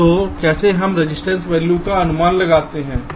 तो कैसे हो रजिस्टेंस वैल्यू का अनुमान लगाते है